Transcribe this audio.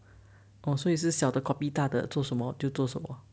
哦哦所以是小的 copy 大的 target 做什么就做什么